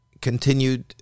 continued